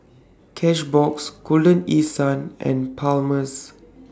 Cashbox Golden East Sun and Palmer's